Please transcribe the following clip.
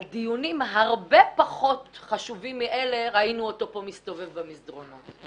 על דיונים הרבה פחות חשובים מאלה ראינו אותו פה מסתובב במסדרונות.